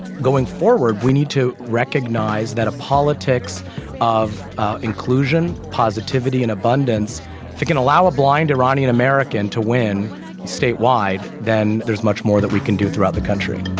going forward we need to recognize that a politics of inclusion positivity and abundance can allow a blind iranian american to win statewide. then there's much more that we can do throughout the country